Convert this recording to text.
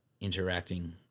interacting